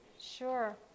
Sure